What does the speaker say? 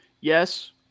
yes